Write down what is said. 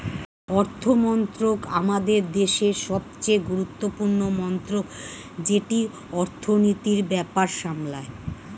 অর্থমন্ত্রক আমাদের দেশের সবচেয়ে গুরুত্বপূর্ণ মন্ত্রক যেটি অর্থনীতির ব্যাপার সামলায়